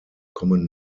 kommen